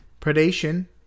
predation